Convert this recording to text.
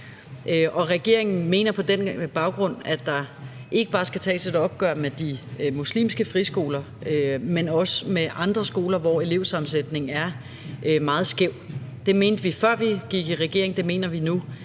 Regeringen mener på den baggrund, at der ikke bare skal tages et opgør med de muslimske friskoler, men også med andre skoler, hvor elevsammensætningen er meget skæv. Det mente vi, før vi gik i regering, og det mener vi nu.